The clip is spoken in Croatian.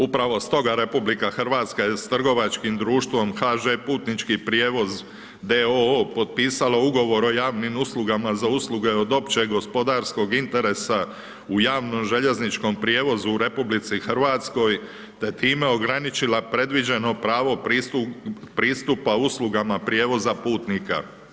Upravo s toga, RH, je s tragačkim društvom HŽ putnički prijevoz d.o.o. potpisala ugovor o javnim uslugama za usluge od općeg, gospodarskog interesa u javnu željezničkom prijevozu u RH, da je time ograničila predviđeno pravo pristupa uslugama prijevoza putnika.